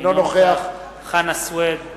אינו נוכח חנא סוייד,